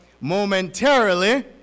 momentarily